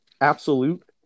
absolute